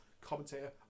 commentator